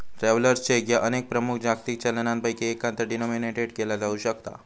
travellers cheque ह्या अनेक प्रमुख जागतिक चलनांपैकी एकात डिनोमिनेटेड केला जाऊ शकता